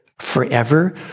forever